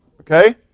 okay